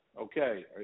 okay